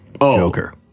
Joker